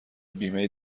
بیمه